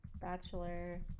Bachelor